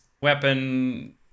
weapon